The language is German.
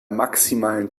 maximalen